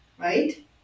right